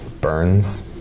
Burns